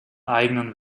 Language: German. eigenen